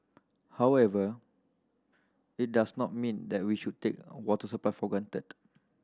however it does not mean that we should take water supply for granted